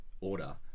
Order